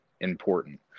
important